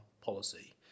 policy